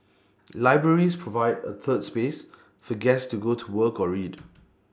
libraries provide A 'third space' for guest to go to work or read